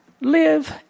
live